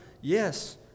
Yes